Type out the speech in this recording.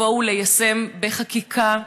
ולבוא וליישם בחקיקה,